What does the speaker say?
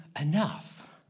enough